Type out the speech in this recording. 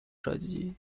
射击